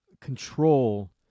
control